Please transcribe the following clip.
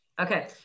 Okay